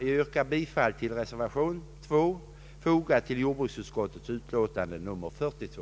Jag yrkar bifall även till reservation 2, fogad till jordbruksutskottets utlåtande nr 42.